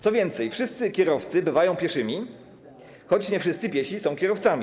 Co więcej, wszyscy kierowcy bywają pieszymi, choć nie wszyscy piesi są kierowcami.